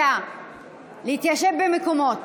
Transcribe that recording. סליחה, סליחה,